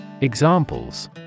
Examples